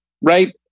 right